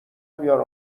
بیار